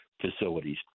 facilities